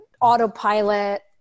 autopilot